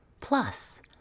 Plus